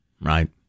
Right